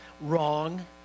Wrong